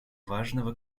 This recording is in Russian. важного